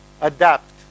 adapt